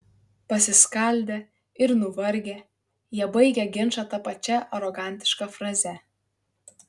pasiskaldę ir nuvargę jie baigia ginčą ta pačia arogantiška fraze